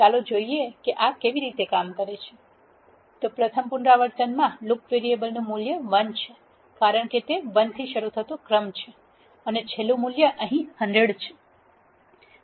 ચલો જોઇએ કે આ કેવી રીતે કામ કરે છે તો પ્રથમ પુનરાવર્તનમાં લૂપ વેરીએબલનું મૂલ્ય 1 છે કારણ કે તે 1 થી શરૂ થતો ક્રમ છે અને છેલ્લું મૂલ્ય અહીં 100 છે